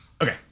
okay